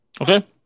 Okay